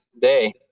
day